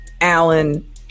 Allen